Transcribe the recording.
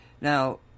Now